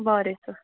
बरें सर